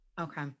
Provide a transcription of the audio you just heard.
Okay